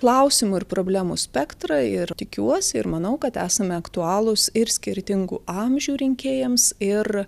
klausimų ir problemų spektrą ir tikiuosi ir manau kad esame aktualūs ir skirtingų amžių rinkėjams ir